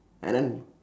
and then